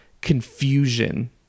confusion